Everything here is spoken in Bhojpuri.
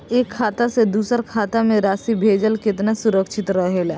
एक खाता से दूसर खाता में राशि भेजल केतना सुरक्षित रहेला?